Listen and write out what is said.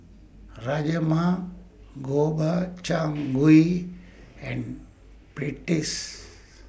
Rajma Gobchang Gui and Pretzel